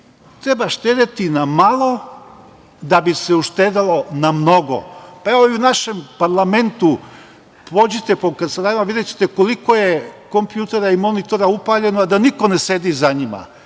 Treba štedeti na malo da bi se uštedelo na mnogo. Evo, i u našem parlamentu, pođite po kancelarijama, videćete koliko je kompjutera i monitora upaljeno, a da niko ne sedi za njima.